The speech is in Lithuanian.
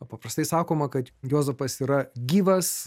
paprastai sakoma kad juozapas yra gyvas